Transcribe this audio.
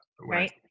Right